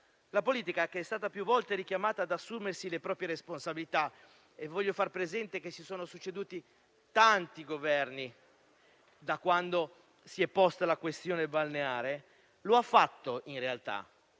La politica, che è stata più volte richiamata ad assumersi le proprie responsabilità - voglio far presente che si sono succeduti tanti Governi, da quando si è posta la questione balneare - in realtà